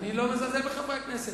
אני לא מזלזל בחברי הכנסת.